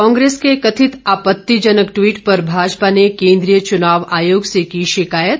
कांग्रेस के कथित आपत्तिजनक टिवट पर भाजपा ने केंद्रीय चुनाव आयोग से की शिकायत